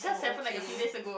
oh okay